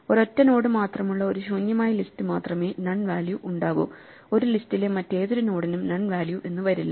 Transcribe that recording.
ഒരൊറ്റ നോഡ് മാത്രമുള്ള ഒരു ശൂന്യമായ ലിസ്റ്റ് മാത്രമേ നൺ വാല്യൂ ഉണ്ടാകു ഒരു ലിസ്റ്റിലെ മറ്റേതൊരു നോഡിനും നൺ വാല്യൂ എന്ന് വരില്ല